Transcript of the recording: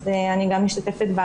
בה גם אני משתתפת.